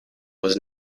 was